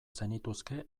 zenituzke